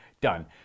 done